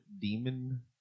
demon